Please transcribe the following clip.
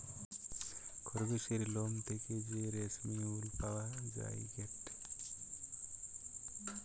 খরগোসের লোম থেকে যে রেশমি উল পাওয়া যায়টে